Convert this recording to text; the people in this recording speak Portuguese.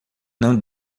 não